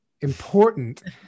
important